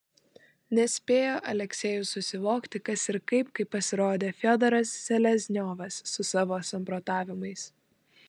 nespėjo aleksejus susivokti kas ir kaip kai pasirodė fiodoras selezniovas su savo samprotavimais